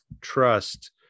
trust